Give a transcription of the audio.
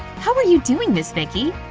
how are you doing this, vicky?